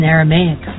Aramaic